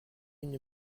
une